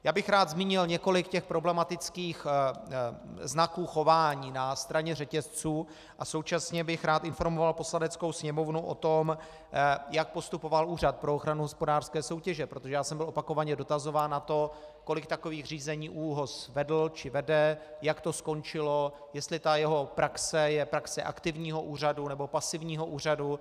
Rád bych zmínil několik problematických znaků chování na straně řetězců a současně bych rád informoval Poslaneckou sněmovnu o tom, jak postupoval Úřad pro ochranu hospodářské soutěže, protože jsem byl opakovaně dotazován na to, kolik takových řízení ÚOHS vedl či vede, jak to skončilo, jestli ta jeho praxe je praxe aktivního úřadu, nebo pasivního úřadu.